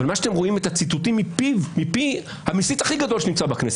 אבל הציטוטים מפי המסית הכי גדול שנמצא בכנסת,